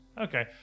Okay